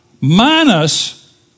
minus